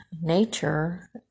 nature